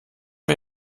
wir